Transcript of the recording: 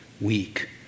weak